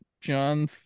John